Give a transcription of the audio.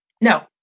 No